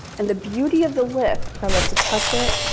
and the beauty of the lip. i love to touch it,